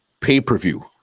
pay-per-view